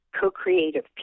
co-creative